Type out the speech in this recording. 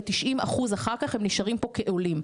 ב-90 אחוז אחר כך הם נשארים פה כעולים.